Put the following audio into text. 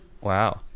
Wow